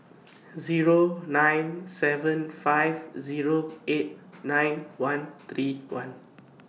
Zero nine seven five Zero eight nine one three one